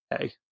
Hey